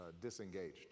disengaged